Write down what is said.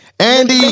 andy